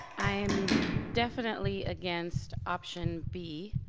i'm definitely against option b,